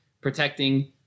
protecting